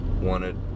wanted